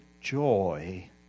joy